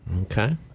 Okay